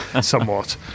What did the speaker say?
somewhat